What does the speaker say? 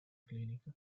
clinica